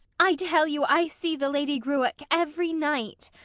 i tell you i see the lady gruach every night.